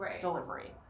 delivery